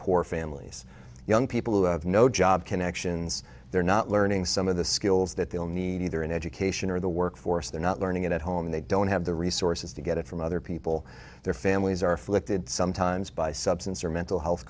poor families young people who have no job connections they're not learning some of the skills that they'll need either in education or the workforce they're not learning it at home they don't have the resources to get it from other people their families are afflicted sometimes by substance or mental health